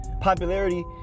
Popularity